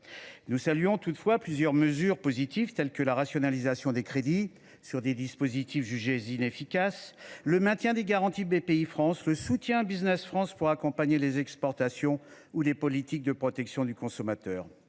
Nous saluons toutefois plusieurs mesures positives, comme la rationalisation des crédits de dispositifs jugés inefficaces, le maintien des garanties de Bpifrance, le soutien à Business France pour accompagner les exportations ou les politiques de protection du consommateur.